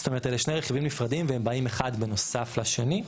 זאת אומרת אלה שני רכיבים נפרדים והם באים אחד בנוסף לשני,